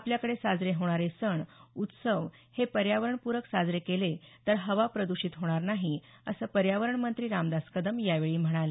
आपल्याकडे साजरे होणारे सण उत्सव हे पर्यावरणपूरक साजरे केले तर हवा प्रदूषित होणार नाही असं पर्यावरण मंत्री रामदास कदम यावेळी म्हणाले